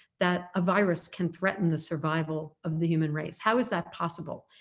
that a virus can threaten the survival of the human race. how is that possible?